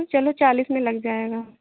चलो चालिस में लग जाएगा